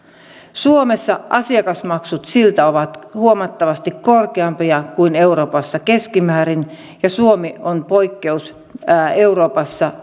suomessa asiakasmaksut ovat huomattavasti korkeampia kuin euroopassa keskimäärin ja suomi on poikkeus euroopassa